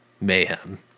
mayhem